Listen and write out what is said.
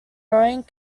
rowing